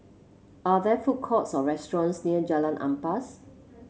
are there food courts or restaurants near Jalan Ampas